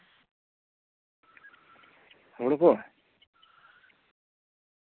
ᱦᱩᱲᱩ ᱠᱚ